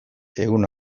egun